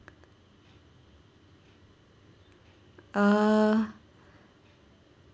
uh